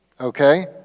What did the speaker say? okay